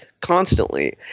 constantly